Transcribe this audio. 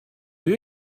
you